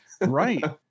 Right